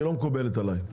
היא לא מקובלת עליי.